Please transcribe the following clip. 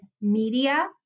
media